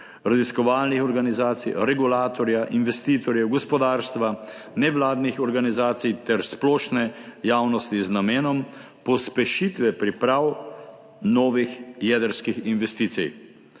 raziskovalnih organizacij, regulatorja, investitorjev, gospodarstva, nevladnih organizacij ter splošne javnosti z namenom pospešitve priprav novih jedrskih investicij.